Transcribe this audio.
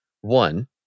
One